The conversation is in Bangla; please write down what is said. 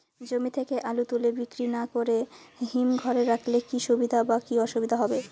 জমি থেকে আলু তুলে বিক্রি না করে হিমঘরে রাখলে কী সুবিধা বা কী অসুবিধা হবে?